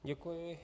Děkuji.